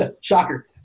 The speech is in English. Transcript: Shocker